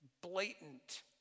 blatant